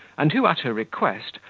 and who, at her request,